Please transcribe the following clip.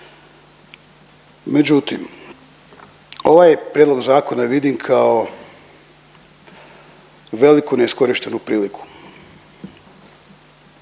Međutim, ovaj prijedlog zakona vidim kao veliku neiskorištenu priliku.